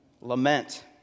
Lament